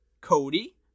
Cody